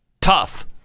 tough